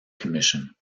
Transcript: commission